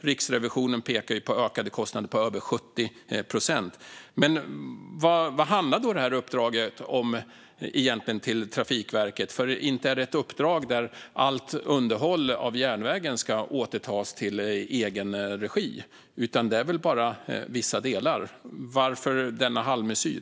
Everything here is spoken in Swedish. Riksrevisionen pekar på ökade kostnader med över 70 procent. Man vad handlar då uppdraget till Trafikverket egentligen om? Inte är det väl ett uppdrag där allt järnvägsunderhåll ska återtas i egen regi, utan det gäller väl bara vissa delar? Varför denna halvmesyr?